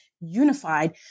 unified